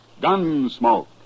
Gunsmoke